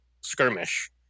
skirmish